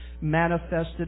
manifested